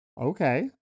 Okay